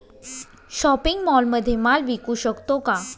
Shopping मॉलमध्ये माल विकू शकतो का?